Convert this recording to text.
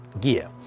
gear